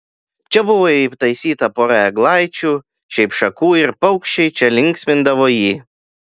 čia buvo įtaisyta pora eglaičių šiaip šakų ir paukščiai čia linksmindavo jį